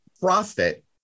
profit